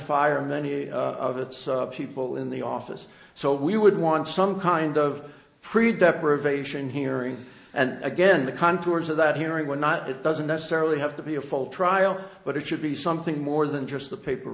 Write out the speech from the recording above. fire many of its people in the office so we would want some kind of fried deprivation hearing and again the contours of that hearing were not it doesn't necessarily have to be a full trial but it should be something more than just the paper